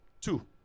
Two